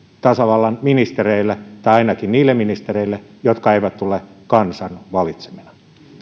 tasavallan ministereille tai ainakin niille ministereille jotka eivät tule kansan valitsemina